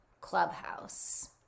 Clubhouse